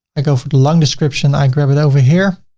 i go for the long description, i grab it over here,